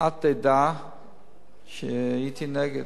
את עדה שהייתי נגד,